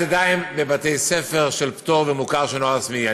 ידיים בבתי ספר של פטור ומוכר שאינו רשמי,